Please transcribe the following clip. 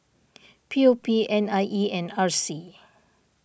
P O P N I E and R C